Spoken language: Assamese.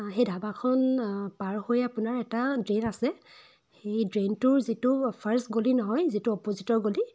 অঁ সেই ধাবাখন পাৰ হৈয়ে আপোনাৰ এটা ড্ৰেইণ আছে সেই ড্ৰেইণটোৰ যিটো ফাৰ্ষ্ট গলি নহয় যিটো অপজিটৰ গলি